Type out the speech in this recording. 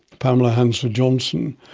pamela hansford johnson,